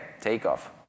Takeoff